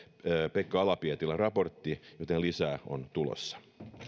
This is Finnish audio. pekka ala pietilän raportti joten lisää on tulossa